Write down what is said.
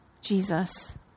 Jesus